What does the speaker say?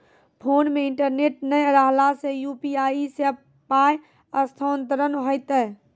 Phone मे internet नै रहला सॅ, यु.पी.आई सॅ पाय स्थानांतरण हेतै?